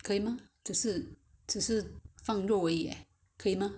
可以吗只是只是放肉而已 eh 可以吗